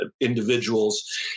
individuals